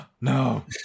No